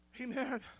Amen